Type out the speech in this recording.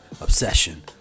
obsession